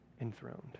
enthroned